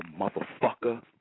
motherfucker